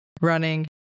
running